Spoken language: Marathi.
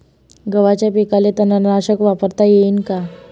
गव्हाच्या पिकाले तननाशक वापरता येईन का?